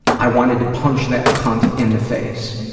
i wanted to punch that cunt in the face.